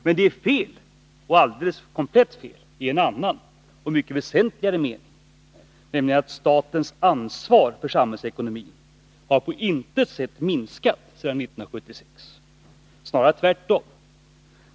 Men det är alldeles komplett fel i en annan och mycket väsentligare mening, nämligen att statens ansvar för samhällsekonomin på intet sätt har minskat sedan 1976 — snarare tvärtom.